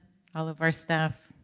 all of our staff,